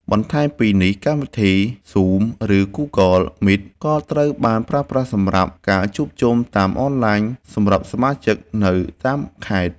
បន្ថែមពីនេះ កម្មវិធី ហ្ស៊ូម ឬ ហ្គូហ្គល មីត ក៏ត្រូវបានប្រើប្រាស់សម្រាប់ការជួបជុំតាមអនឡាញសម្រាប់សមាជិកនៅតាមខេត្ត។